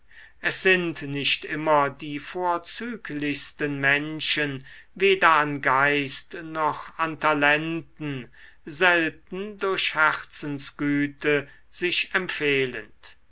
es sind nicht immer die vorzüglichsten menschen weder an geist noch an talenten selten durch herzensgüte sich empfehlend